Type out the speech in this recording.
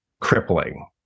crippling